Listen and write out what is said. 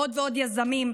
לעוד ועוד יזמים.